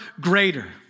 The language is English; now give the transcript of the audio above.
greater